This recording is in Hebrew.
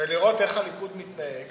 ולראות איך הליכוד מתנהג